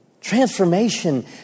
Transformation